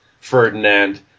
Ferdinand